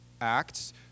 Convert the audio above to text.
Acts